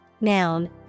noun